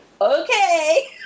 okay